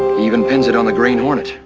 even pins it on the green hornet.